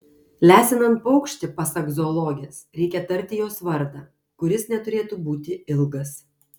lesinant paukštį pasak zoologės reikia tarti jos vardą kuris neturėtų būti ilgas